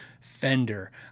Fender